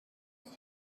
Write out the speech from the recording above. هست